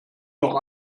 noch